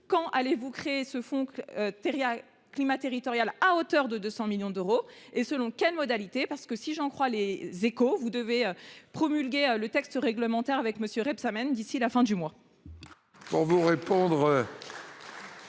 quand allez vous créer ce fonds climat territorial à hauteur de 200 millions d’euros, et selon quelles modalités ? Car si j’en crois, vous devez promulguer le texte réglementaire, avec M. Rebsamen, d’ici à la fin du mois.